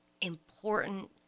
important